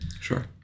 Sure